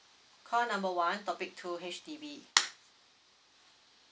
call number one topic two H_D_B